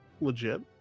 legit